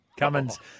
Cummins